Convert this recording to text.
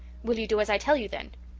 will you do as i tell you then?